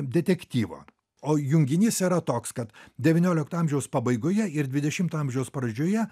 detektyvo o junginys yra toks kad devyniolikto amžiaus pabaigoje ir dvidešimto amžiaus pradžioje